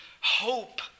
hope